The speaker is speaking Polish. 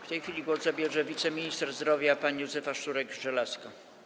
W tej chwili głos zabierze wiceminister zdrowia pani Józefa Szczurek-Żelazko.